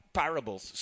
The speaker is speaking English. parables